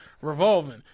revolving